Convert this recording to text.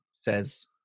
says